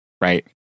right